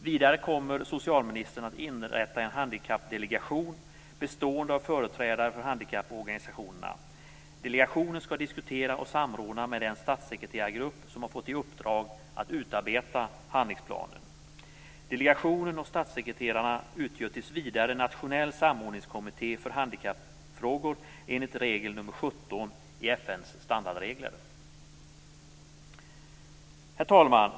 Vidare kommer socialministern att inrätta en handikappdelegation, bestående av företrädare för handikapporganisationerna. Delegationen skall diskutera och samråda med den statssekreterargrupp som har fått i uppdrag att utarbeta handlingsplanen. Delegationen och statssekreterarna utgör tills vidare en nationell samordningskommitté för handikappfrågor enligt regel nr 17 i FN:s standardregler. Herr talman!